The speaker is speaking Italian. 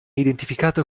identificato